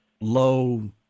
low